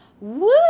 Woo